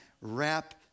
wrap